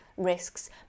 risks